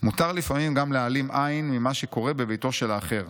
"מותר לפעמים גם להעלים עין ממה שקורה בביתו של האחר.